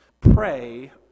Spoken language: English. pray